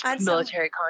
military